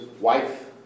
wife